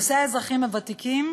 נושא האזרחים הוותיקים